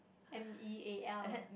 M E A L